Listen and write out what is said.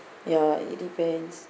ya it depends